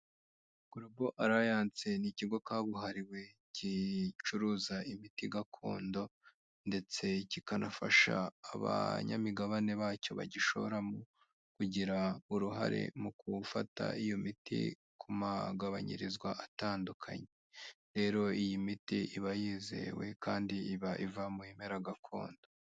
Grobal Alliance ni ikigo kabuhariwe gicuruza imiti gakondo ndetse kikanafasha abanyamigabane bacyo bagishoramo, kugira uruhare mu gufata iyo miti ku magabanyirizwa atandukanye. Rero iyi miti iba yizewe kandi iba iva mu bimera gakondo.